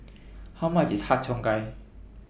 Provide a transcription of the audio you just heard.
How much IS Har Cheong Gai